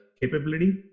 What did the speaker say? capability